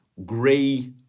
gray